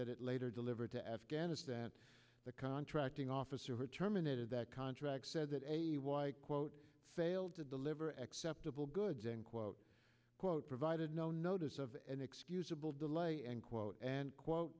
that it later delivered to afghanistan the contracting officer terminated that contract said that a quote failed to deliver acceptable goods end quote unquote provided no notice of an excusable delay and quote and quote